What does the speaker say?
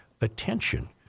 attention